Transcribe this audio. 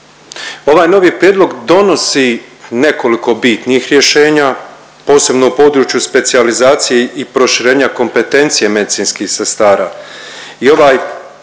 Ovaj novi prijedlog donosi nekoliko bitnih rješenja, posebno u području specijalizacije i proširenja kompetencije medicinskih sestara i ovaj